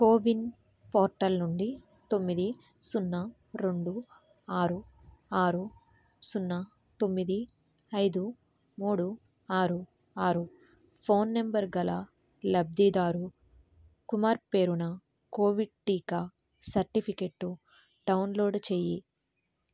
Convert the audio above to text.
CoWIN portal నుండి తొమ్మిది సున్నా రెండు ఆరు ఆరు సున్నా తొమ్మిది ఐదు మూడు ఆరు ఆరు ఫోన్ నెంబర్ గల లబ్ధిదారు కుమార్ పేరున కోవిడ్ టీకా సర్టిఫికెట్టు డౌన్లోడ్ చెయ్యి